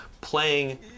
Playing